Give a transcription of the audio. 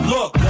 Look